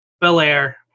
Belair